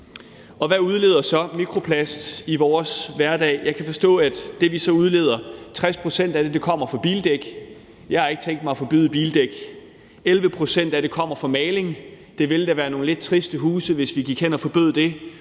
Hvad udleder så mikroplast i vores hverdag? Jeg kan forstå, at 60 pct. af det, vi udleder, kommer fra slid på bildæk. Jeg har ikke tænkt mig at forbyde bildæk. 11 pct. af det kommer fra maling. Det ville da være nogle lidt triste huse, hvis vi gik hen og forbød det.